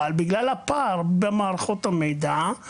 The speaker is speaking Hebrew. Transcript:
אבל בגלל הפער במערכות המידע,